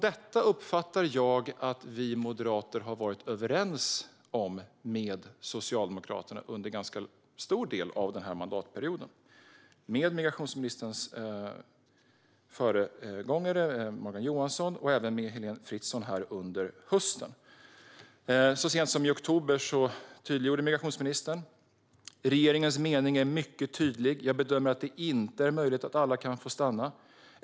Jag uppfattar att Moderaterna har varit överens om detta med Socialdemokraterna under ganska stor del av denna mandatperiod, med migrationsministerns föregångare Morgan Johansson och även med Heléne Fritzon under hösten. Så sent som i oktober tydliggjorde ju migrationsministern: Regeringens mening är mycket tydlig. Jag bedömer att det inte är möjligt att alla kan få stanna.